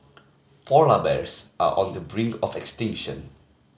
polar bears are on the brink of extinction